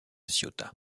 ciotat